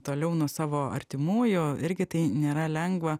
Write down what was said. toliau nuo savo artimųjų irgi tai nėra lengva